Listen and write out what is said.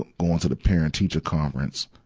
ah going to the parent-teacher conference,